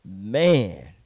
man